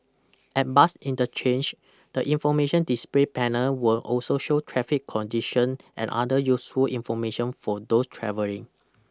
at bus interchange the information display panel will also show traffic condition and other useful information for those travelling